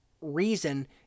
reason